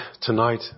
tonight